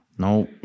No